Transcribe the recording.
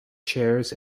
chairs